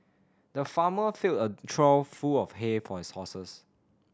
the farmer filled a trough full of hay for his horses